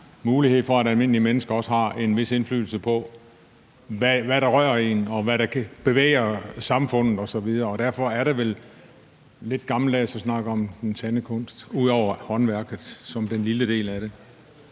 mulighed for, at almindelige mennesker også har en vis indflydelse på, hvad der rører en, og hvad der bevæger samfundet osv. Og derfor er det vel lidt gammeldags at snakke om den sande kunst – ud over håndværket som den lille del af det.